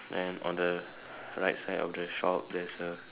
then on the right side of the shop there's a